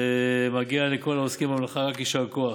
מגיע לכל העוסקים במלאכה רק יישר כוח.